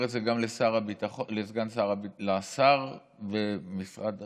ואני אומר את זה גם לשר במשרד הביטחון,